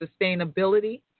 sustainability